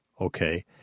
Okay